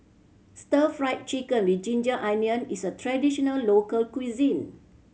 Stir Fry Chicken with ginger onion is a traditional local cuisine